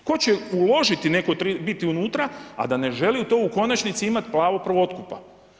Tko će uložiti netko, biti unutra, a da ne želi to u konačnici imati pravo prvo otkupa.